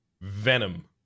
venom